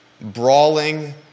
brawling